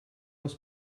was